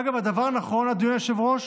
אגב, הדבר הנכון, אדוני היושב-ראש,